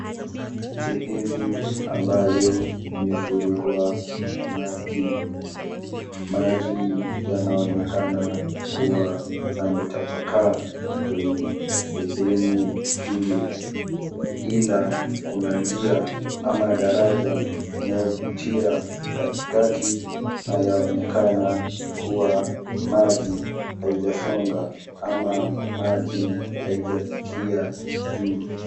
Sehemu ambayo imefurikwa Na maji ,maji yanaonekana kuwa yametapakaa kwenye sehemu hili, Ila kuna njia ama daraji inayopitia katikati Na yaonekana kuwa maji haijasonga ama maji haijafikia juu.